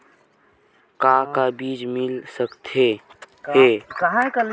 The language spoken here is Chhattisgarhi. का का बीज मिल सकत हे?